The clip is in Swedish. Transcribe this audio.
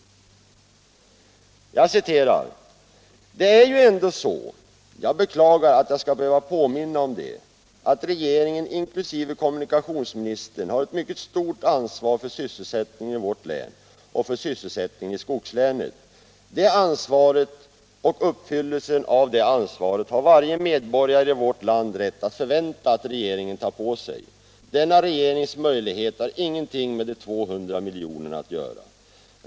Hon sade: ”Det är ju ändå så — jag beklagar att jag skall behöva påminna om det — att regeringen inkl. kommunikationsministern har ett mycket stort ansvar för sysselsättningen i vårt land och för sysselsättningen i skogslänen. Det ansvaret och uppfyllelsen av det ansvaret har varje medborgare i vårt land rätt att förvänta att regeringen tar på sig. Denna regeringens möjlighet har ingenting med de 200 miljonerna att göra.